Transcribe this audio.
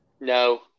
No